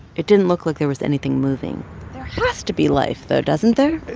it didn't look like there was anything moving there has to be life, though, doesn't there?